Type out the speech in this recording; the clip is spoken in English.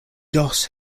doss